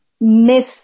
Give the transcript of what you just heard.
miss